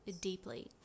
deeply